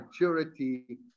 maturity